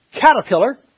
caterpillar